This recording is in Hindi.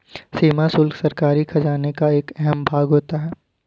सीमा शुल्क सरकारी खजाने का एक अहम भाग होता है